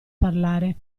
parlare